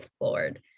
Lord